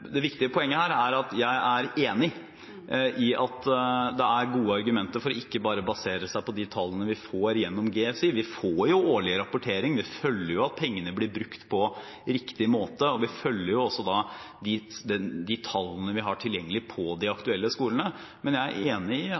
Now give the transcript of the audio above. Det viktige poenget her er at jeg er enig i at det er gode argumenter for ikke bare å basere seg på de tallene vi får gjennom GSI. Vi får jo årlig rapportering. Vi følger med på at pengene blir brukt på riktig måte, og vi følger også de tallene vi har tilgjengelig for de aktuelle skolene. Men jeg er enig i